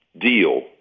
deal